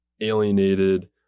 alienated